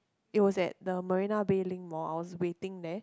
it was at the Marina-Bay Link mall I was waiting there